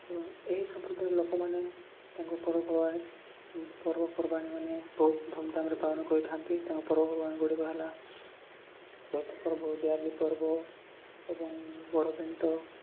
ଏବଂ ଏହି ସମ୍ପ୍ରଦାୟର ଲୋକମାନେ ତାଙ୍କ ପର୍ବପର୍ବାଣିମାନେ ବହୁତ ଧୁମଧାମରେ ପାଳନ କରିଥାନ୍ତି ତାଙ୍କ ପର୍ବପର୍ବାଣିଗୁଡ଼ିକ ହେଲା ଚଇତ ପର୍ବ ଦିଆଲି ପର୍ବ ଏବଂ ବଡ଼ ପେଣ୍ଟ